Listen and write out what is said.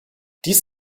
dies